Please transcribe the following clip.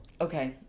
Okay